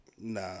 Nah